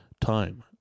time